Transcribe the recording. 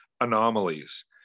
anomalies